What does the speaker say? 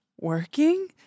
working